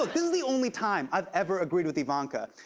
look, this the only time i've ever agreed with ivanka.